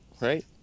Right